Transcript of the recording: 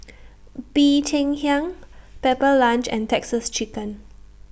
Bee Cheng Hiang Pepper Lunch and Texas Chicken